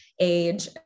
age